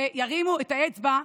שירים את האצבע.